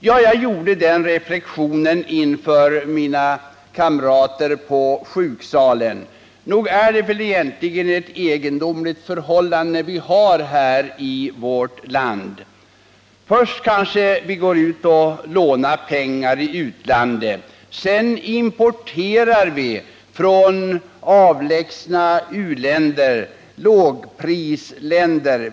Jag gjorde den reflexionen inför mina kamrater på sjuksalen: Nog är det ett egendomligt förhållande vi har i vårt land. Först kanske vi lånar pengar i utlandet. Sedan importerar vi för dessa pengar strumpor från avlägsna u-länder, lågprisländer.